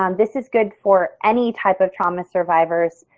um this is good for any type of trauma survivors.